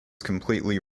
completely